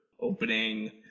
opening